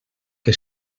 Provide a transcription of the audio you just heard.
que